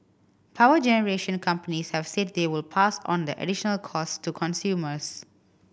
power generation companies have said they will pass on the additional costs to consumers